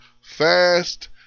fast